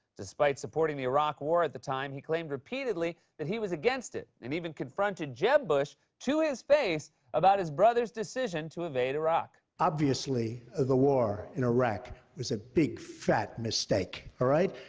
despite supporting the iraq war at the time, he claimed repeatedly that he was against it and even confronted jeb bush to his face about his brother's decision to invade iraq. obviously, ah the war in iraq was a big fat mistake, all right?